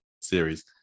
series